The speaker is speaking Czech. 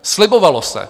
Slibovalo se.